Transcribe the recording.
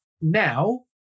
now